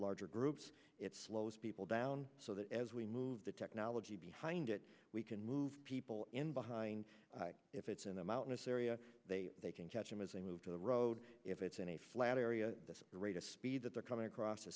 larger groups it slows people down so that as we move the technology behind it we can move people in behind if it's in a mountainous area they they can catch him as they move to the road if it's in a flat area at this rate of speed that they're coming across t